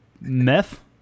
Meth